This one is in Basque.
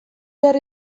behar